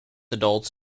adults